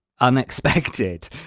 unexpected